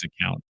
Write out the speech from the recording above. account